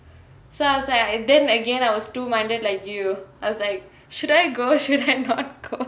so I was like I then again I was two minded like you I was like should I go should I not go